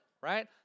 right